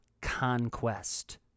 conquest